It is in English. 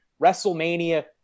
WrestleMania-